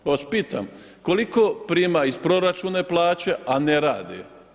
Pa vas pitam, koliko prima iz proračuna plaće a ne rade?